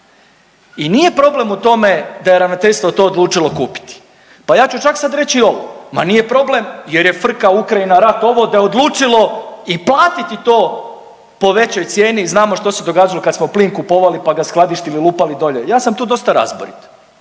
i nije problem u tome da je ravnateljstvo to odlučilo kupiti, pa ja ću čak sad reći i ovo, ma nije problem jer je frka, Ukrajina, rat ovo, da je odlučilo i platiti to po većoj cijeni, znamo što se događalo kad smo plin kupovali, pa ga skladištili, lupali dolje, ja sam tu dosta razborit,